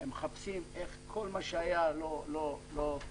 הם מחפשים איך כל מה שהיה לא ראוי,